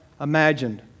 imagined